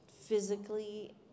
physically